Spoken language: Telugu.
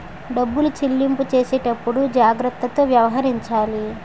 డబ్బులు చెల్లింపు చేసేటప్పుడు జాగ్రత్తతో వ్యవహరించాలి